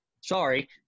Sorry